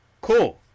cool